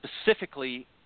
specifically